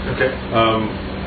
Okay